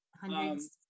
hundreds